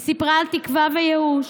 היא סיפרה על תקווה וייאוש,